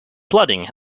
flooding